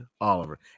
oliver